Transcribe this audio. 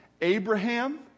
Abraham